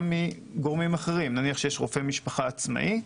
מגורמים אחרים נניח שיש רופא משפחה עצמאי.